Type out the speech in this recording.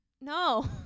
no